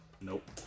Nope